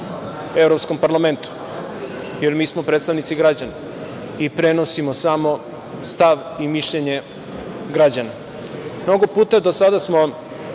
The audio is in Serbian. evropskom parlamentu, jer mi smo predstavnici građana i prenosimo samo stav i mišljenje građana. Mnogo puta do sada smo